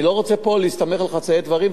אני לא רוצה פה להסתמך על חצאי דברים,